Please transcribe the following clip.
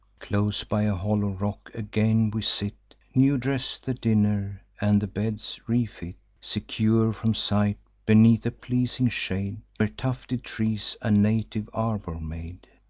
close by a hollow rock, again we sit, new dress the dinner, and the beds refit, secure from sight, beneath a pleasing shade, where tufted trees a native arbor made.